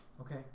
okay